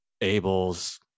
Abel's